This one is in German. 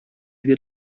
wir